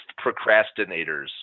procrastinators